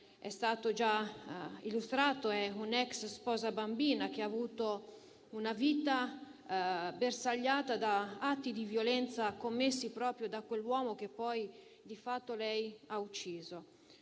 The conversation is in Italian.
è stato già illustrato - è un ex sposa bambina che ha avuto una vita bersagliata da atti di violenza commessi proprio da quell'uomo che poi lei ha ucciso.